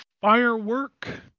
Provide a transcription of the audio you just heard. Firework